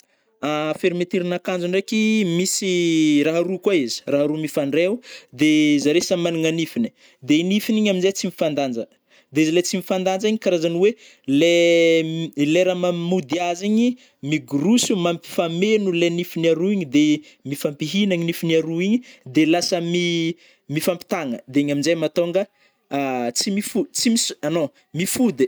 Fermeturen'ankanjo ndraiky misy raha aroa koa izy- raha aroa mifandrai o de zare samy magnana nifiny ai, de nifiny igny amnjay tsy mifandanja, de izy lai tsy mifandanja igny karazagny oe, lay lay raha ma mody azy igny migorosy mampifameno lay gnifiny aroa igny de, mifampihinagna nifiny aroa igny de lasa mi- mifampitagna de igny amnjay matônga tsy mifody- tsy miso h'non mifody.